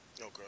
Okay